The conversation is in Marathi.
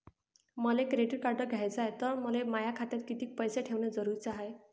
मले क्रेडिट कार्ड घ्याचं हाय, त मले माया खात्यात कितीक पैसे ठेवणं जरुरीच हाय?